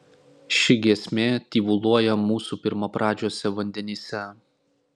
ši giesmė tyvuliuoja mūsų pirmapradžiuose vandenyse